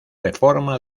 reforma